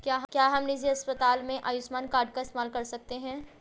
क्या हम निजी अस्पताल में आयुष्मान कार्ड का इस्तेमाल कर सकते हैं?